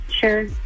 Sure